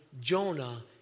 Jonah